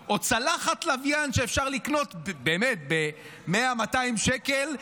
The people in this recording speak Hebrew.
או צלחת לוויין שאפשר לקנות, באמת, ב-100 200 שקל.